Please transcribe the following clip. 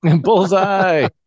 Bullseye